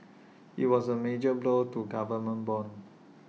IT was A major blow to government bonds